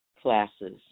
classes